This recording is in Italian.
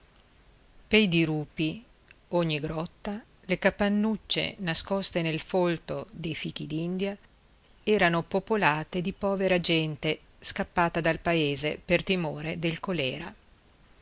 pei dirupi ogni grotta le capannuccie nascoste nel folto dei fichidindia erano popolate di povera gente scappata dal paese per timore del colèra